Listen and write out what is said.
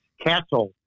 Castle